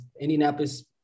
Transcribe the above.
Indianapolis